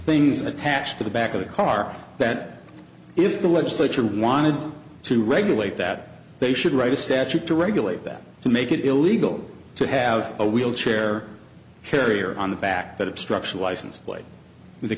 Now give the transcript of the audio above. things attached to the back of the car that if the legislature wanted to regulate that they should write a statute to regulate that to make it illegal to have a wheelchair carrier on the back that obstruction license plate